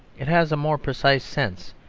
it has a more precise sense,